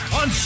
on